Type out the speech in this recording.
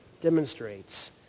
demonstrates